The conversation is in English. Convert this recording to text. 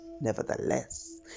nevertheless